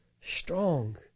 strong